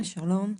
שלום.